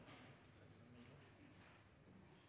sentral